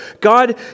God